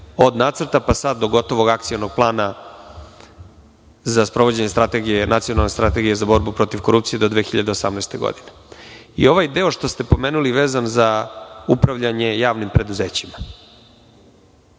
od nacrta pa sad do gotovog Akcionog plana za sprovođenje nacionalne strategije za borbu protiv korupcije do 2018. godine. Ovaj deo koji ste pomenuli, vezan za upravljanje javnim preduzećima,